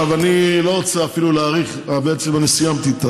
אני לא רוצה להאריך, בעצם סיימתי.